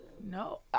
No